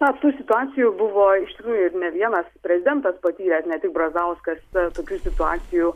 na tų situacijų buvo iš tikrųjų ir ne vienas prezidentas patyręs ne tik brazauskas tokių situacijų